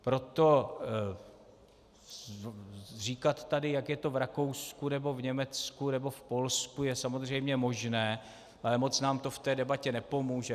Proto říkat tady, jak je to v Rakousku nebo v Německu nebo v Polsku, je samozřejmě možné, ale moc nám to v debatě nepomůže.